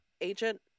Agent